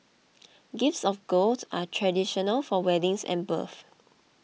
gifts of gold are traditional for weddings and births